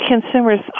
consumers